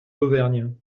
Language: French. d’auvergne